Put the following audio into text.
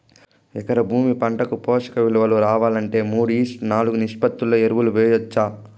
ఎకరా భూమి పంటకు పోషక విలువలు రావాలంటే మూడు ఈష్ట్ నాలుగు నిష్పత్తిలో ఎరువులు వేయచ్చా?